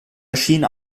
erschien